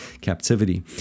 captivity